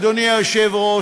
אדוני היושב-ראש,